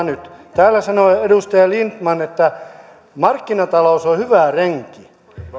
nyt täällä sanoo edustaja lindtman että markkinatalous on hyvä renki